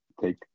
take